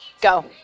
go